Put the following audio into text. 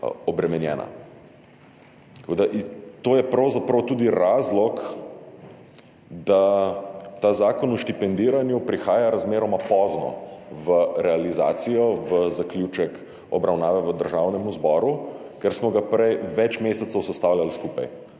obremenjena. Tako da je to pravzaprav tudi razlog, da ta zakon o štipendiranju prihaja razmeroma pozno v realizacijo, v zaključek obravnave v Državnem zboru, ker smo ga prej več mesecev sestavljali skupaj,